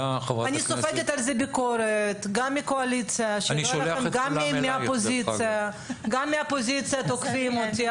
על כך אני סופגת ביקורת גם מהקואליציה וגם מהאופוזיציה שתוקפים אותי.